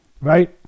right